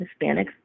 Hispanics